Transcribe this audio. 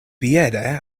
piede